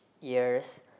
years